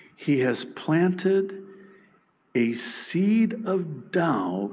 he has planted a seed of doubt